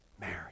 Mary